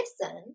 listen